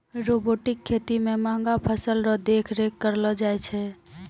robotic खेती मे महंगा फसल रो देख रेख करलो जाय छै